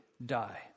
die